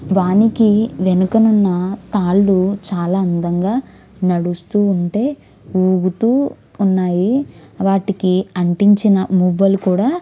వానికి వెనుకనున్న తాళ్ళు చాలా అందంగా నడుస్తూ ఉంటే ఊగుతూ ఉన్నాయి వాటికి అంటించిన మువ్వలు కూడా